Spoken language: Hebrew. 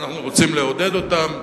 שאנחנו רוצים לעודד אותם,